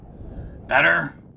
Better